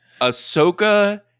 Ahsoka